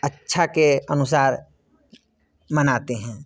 इच्छा के अनुसार मनाते हैं